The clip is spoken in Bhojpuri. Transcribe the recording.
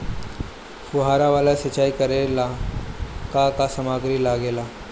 फ़ुहारा वाला सिचाई करे लर का का समाग्री लागे ला?